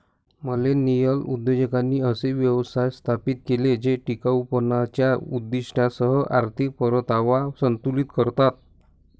millennial उद्योजकांनी असे व्यवसाय स्थापित केले जे टिकाऊपणाच्या उद्दीष्टांसह आर्थिक परतावा संतुलित करतात